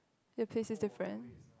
the place is different